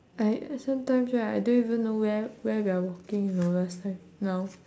I I sometimes right I don't even know where where we're walking uh last time now